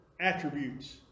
attributes